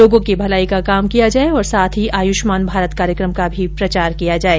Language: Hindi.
लोगों की भलाई का काम किया जाये और साथ ही आयुष्मान भारत कार्यकम का भी प्रचार किया जाये